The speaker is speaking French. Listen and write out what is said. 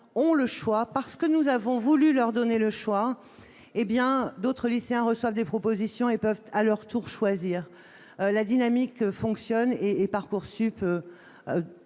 font leur choix, parce que nous avons voulu leur donner le choix, d'autres lycéens reçoivent des propositions et peuvent à leur tour choisir. La dynamique fonctionne, et Parcoursup